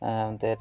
এদের